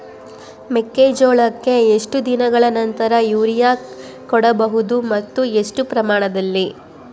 ಮೆಕ್ಕೆಜೋಳಕ್ಕೆ ಎಷ್ಟು ದಿನಗಳ ನಂತರ ಯೂರಿಯಾ ಕೊಡಬಹುದು ಮತ್ತು ಎಷ್ಟು ಪ್ರಮಾಣದಲ್ಲಿ?